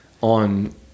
on